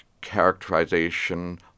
characterization